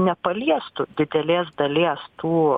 nepaliestų didelės dalies tų